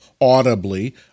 audibly